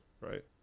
right